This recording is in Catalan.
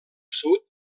sud